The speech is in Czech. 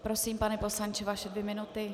Prosím, pane poslanče, vaše dvě minuty.